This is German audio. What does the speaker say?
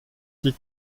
die